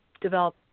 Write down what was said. develop